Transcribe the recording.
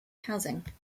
housing